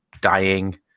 dying